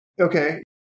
Okay